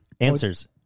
Answers